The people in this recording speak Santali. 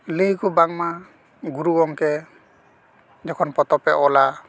ᱞᱟᱹᱭᱟᱠᱚ ᱵᱟᱝᱢᱟ ᱜᱩᱨᱩ ᱜᱚᱢᱠᱮ ᱚᱸᱰᱮ ᱠᱷᱚᱱ ᱯᱚᱛᱚᱵ ᱮ ᱚᱞᱟ